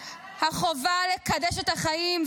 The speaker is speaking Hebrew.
החובה לקדש את החיים,